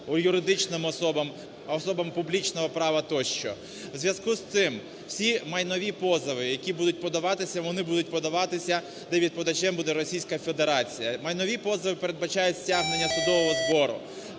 юридичним особам, особам публічного права тощо. В зв'язку з цим, всі майнові позови, які будуть подаватися, вони будуть подаватися, де відповідачем буде Російська Федерація. Майнові позови передбачають стягнення судового збору.